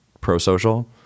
pro-social